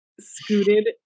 Scooted